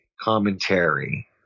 commentary